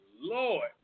Lord